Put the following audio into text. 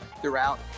throughout